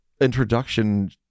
introduction